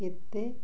କେତେ